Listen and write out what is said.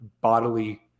bodily